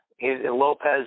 Lopez